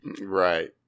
Right